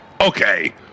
Okay